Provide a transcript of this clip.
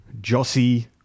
Jossie